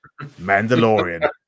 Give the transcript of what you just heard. Mandalorian